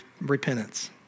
repentance